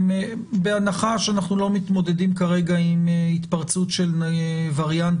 בהנחה שאנחנו לא מתמודדים כרגע עם התפרצות של וריאנט